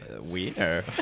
Wiener